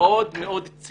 הדוחות מאוד ציניים,